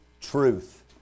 truth